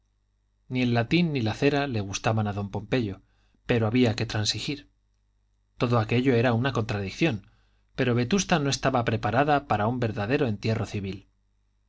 ni el latín ni la cera le gustaban a don pompeyo pero había que transigir todo aquello era una contradicción pero vetusta no estaba preparada para un verdadero entierro civil